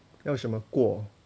要怎么过